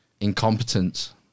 incompetence